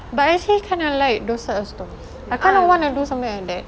but actually I kind of like those type of stores I kind of want to do something like that